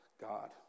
God